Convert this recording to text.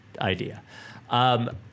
idea